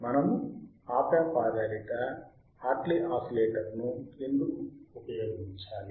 మనము op amp ఆధారిత Hartley ఆసిలేటర్ను ఎందుకు ఉపయోగించాలి